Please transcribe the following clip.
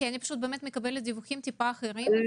כי אני מקבלת דיווחים מעט אחרים.